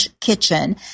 Kitchen